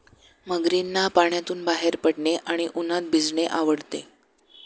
मगरींना पाण्यातून बाहेर पडणे आणि उन्हात भिजणे आवडते